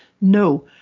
No